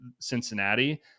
cincinnati